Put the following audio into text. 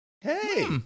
Hey